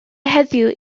heddiw